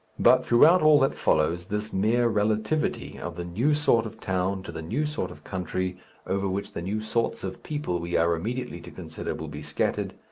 but throughout all that follows, this mere relativity of the new sort of town to the new sort of country over which the new sorts of people we are immediately to consider will be scattered,